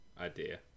idea